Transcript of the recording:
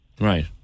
Right